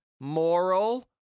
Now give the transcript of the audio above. moral